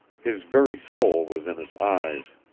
his very soul was in his eyes.